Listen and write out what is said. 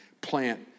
plant